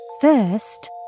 First